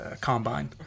combine